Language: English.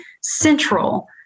central